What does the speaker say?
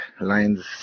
lines